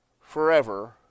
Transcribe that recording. forever